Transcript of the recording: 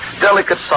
delicate